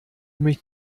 mich